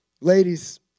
Ladies